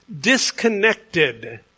disconnected